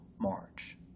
March